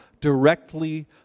directly